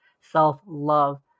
self-love